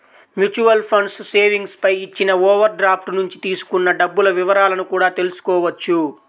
mutual funds savings పై ఇచ్చిన overdraft నుంచి తీసుకున్న డబ్బుల వివరాలను కూడా తెల్సుకోవచ్చు